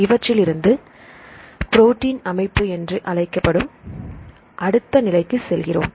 இவற்றிலிருந்து புரோட்டின் அமைப்பு என்று அழைக்கப்படும் அடுத்த நிலைக்குச் செல்கிறோம்